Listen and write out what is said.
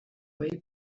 way